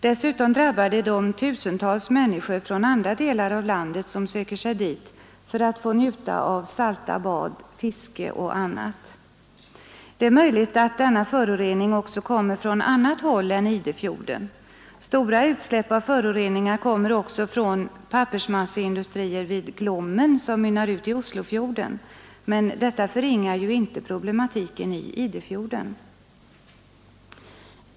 Dessutom drabbar det de tusentals människor från andra delar av landet som söker sig dit för att få njuta av salta bad, fiske och annat. Det är möjligt att denna förorening även kommer från annat håll än Idefjorden. Stora utsläpp av föroreningar kommer också från pappersmasseindustrier vid Glommen, som mynnar ut i Oslofjorden. Men detta förringar ju inte problematiken i Idefjorden.